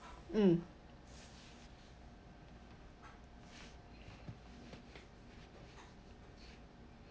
mm